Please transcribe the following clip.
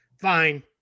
fine